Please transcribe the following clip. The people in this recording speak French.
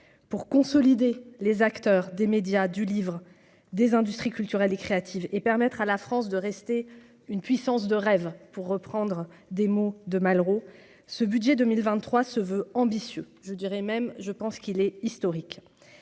pour consolider les acteurs des médias du livre des industries culturelles et créatives et permettre à la France de rester une puissance de rêve pour reprendre des mots de Malraux, ce budget 2023 se veut ambitieux, je dirais même, je pense qu'il est historique,